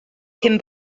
cyn